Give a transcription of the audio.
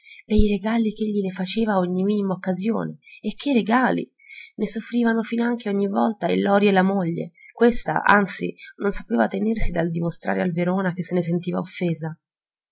pei regali ch'egli le faceva a ogni minima occasione e che regali ne soffrivano finanche ogni volta il lori e la moglie questa anzi non sapeva tenersi dal dimostrare al verona che se ne sentiva offesa